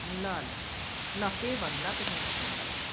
ल ल ल त्यही भन्नुलाई पो त तिमीलाई फोन गरेको